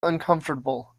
uncomfortable